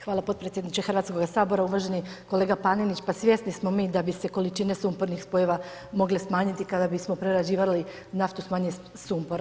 Hvala potpredsjedniče Hrvatskog sabora, uvaženi kolega Panenić, pa svjesni smo mi da bi se količine sumpornih spojeva mogle smanjiti, kada bismo prerađivali naftu s manje sumpora.